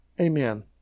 Amen